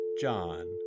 John